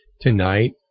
Tonight